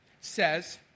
says